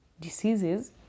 diseases